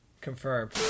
confirmed